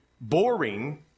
boring